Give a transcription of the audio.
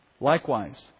Likewise